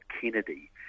Kennedy